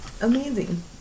Amazing